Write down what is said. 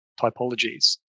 typologies